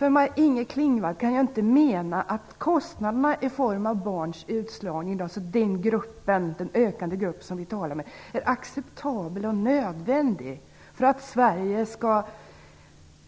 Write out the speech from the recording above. Maj-Inger Klingvall kan inte mena att kostnaderna för utslagna barn, den ökande grupp som vi talar om här, är acceptabla och nödvändiga för att Sverige skall